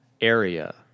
area